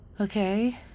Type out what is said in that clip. Okay